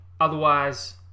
Otherwise